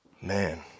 Man